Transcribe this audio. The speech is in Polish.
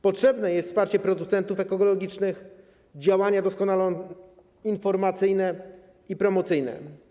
Potrzebne jest wsparcie producentów ekologicznych, działania informacyjne i promocyjne.